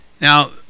Now